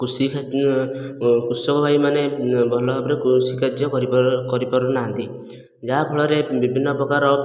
କୃଷି କୃଷକ ଭାଇମାନେ ଭଲ ଭାବରେ କୃଷି କାର୍ଯ୍ୟ କରିପାରୁ ନାହାନ୍ତି ଯାହା ଫଳରେ ବିଭିନ୍ନ ପ୍ରକାର